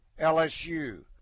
LSU